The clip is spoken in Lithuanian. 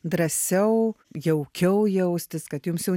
drąsiau jaukiau jaustis kad jums jau